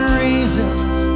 reasons